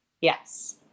Yes